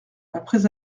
après